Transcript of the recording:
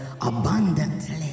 abundantly